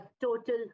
total